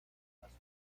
pasó